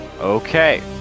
Okay